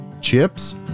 chips